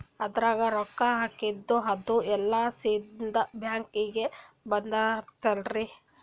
ಅದ್ರಗ ರೊಕ್ಕ ಹಾಕಿದ್ದು ಅದು ಎಲ್ಲಾ ಸೀದಾ ಬ್ಯಾಂಕಿಗಿ ಬರ್ತದಲ್ರಿ?